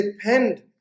depend